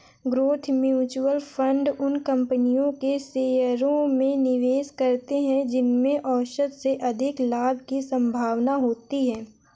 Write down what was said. growth mutual fund उन कंपनियों के शेयरों में निवेश करते हैं जिनमें औसत से अधिक लाभ की संभावना होती है